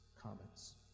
comments